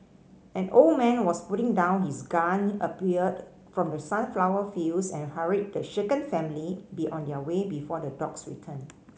an old man was putting down his gun appeared from the sunflower fields and hurried the shaken family to be on their way before the dogs return